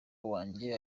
wanjye